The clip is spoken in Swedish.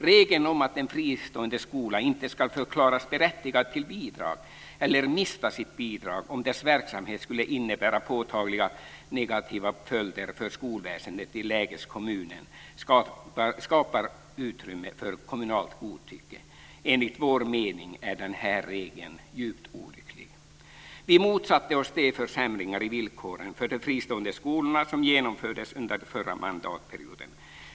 Regeln om att en fristående skola inte ska förklaras berättigad till bidrag eller mista sitt bidrag om dess verksamhet skulle innebära påtagliga negativa följder för skolväsendet i lägeskommunen skapar utrymme för kommunalt godtycke. Enligt vår mening är den här regeln djupt olycklig. Vi motsatte oss de försämringar i villkoren för de fristående skolorna som genomfördes under förra mandatperioden.